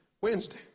Wednesday